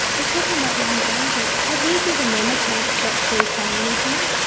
we are talking about young drivers. have we given them a chance to actually say anything?